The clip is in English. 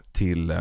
till